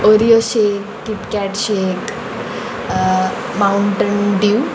oreo shake KitKat shake mountain dew